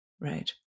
Right